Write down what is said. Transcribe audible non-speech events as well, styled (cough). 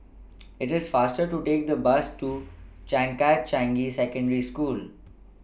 (noise) IT IS faster to Take The Bus to Changkat Changi Secondary School